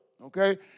Okay